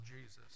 Jesus